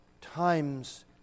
times